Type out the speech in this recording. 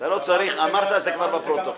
אמרת, זה כבר בפרוטוקול.